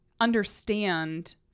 understand